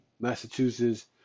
Massachusetts